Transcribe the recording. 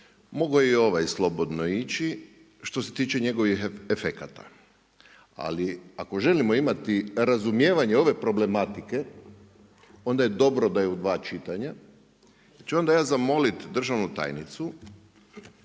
mogao je i ovaj slobodno ići što se tiče njegovih efekata. Ali ako želimo imati razumijevanje ove problematike onda je dobro da je u dva čitanja. Onda ću ja zamoliti državnu tajnicu